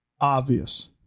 obvious